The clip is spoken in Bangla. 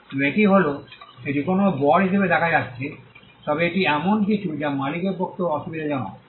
এবং এটি হল এটি কোনও বর হিসাবে দেখা যাচ্ছে তবে এটি এমন কিছু যা মালিকের পক্ষেও অসুবিধাজনক